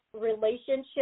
relationship